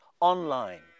online